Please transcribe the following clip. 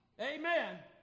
Amen